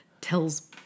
tells